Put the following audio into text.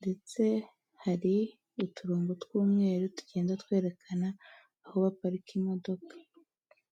ndetse hari uturongo tw'umweru tugenda twerekana aho baparika imodoka.